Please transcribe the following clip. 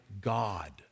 God